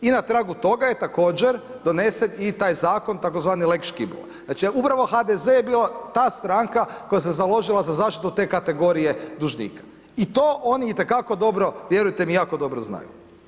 I na tragu toga je također donesen i taj zakon tzv. lex Škibola, znači upravo HDZ je bio ta stranka koja se založila za zaštitu te kategorije dužnika i to oni i te kako dobro, vjerujte mi jako dobro znaju.